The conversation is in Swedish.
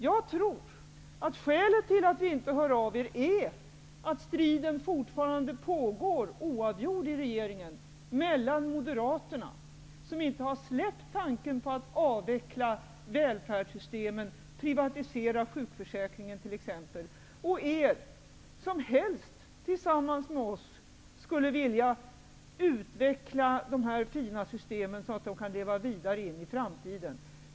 Jag tror att skälet till att ni inte hör av er är att striden fortfarande är oavgjord i regeringen mellan å ena sidan mode raterna, som inte släppt tanken på att avveckla välfärdssystemen -- t.ex. privatisering av sjukför säkringen -- och å andra sidan er som helst tillsam mans med oss skulle vilja utveckla dessa fina sy stem så att de kan leva vidare in i framtiden.